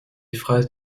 phrases